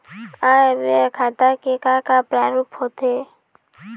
आय व्यय खाता के का का प्रारूप होथे?